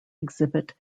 exhibit